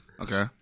Okay